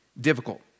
difficult